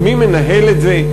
מי מנהל את זה?